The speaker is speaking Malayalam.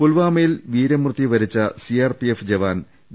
പുൽവാമയിൽ വീരമൃത്യു വരിച്ച സിആർപിഎഫ് ജവാൻ വി